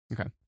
Okay